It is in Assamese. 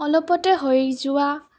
অলপতে হৈ যোৱা